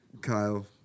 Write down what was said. Kyle